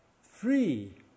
free